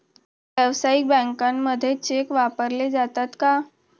व्यावसायिक बँकांमध्ये चेक वापरले जातात का?